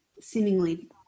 seemingly